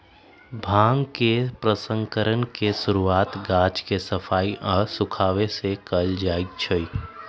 भांग के प्रसंस्करण के शुरुआत गाछ के सफाई आऽ सुखाबे से कयल जाइ छइ